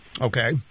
Okay